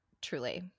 Truly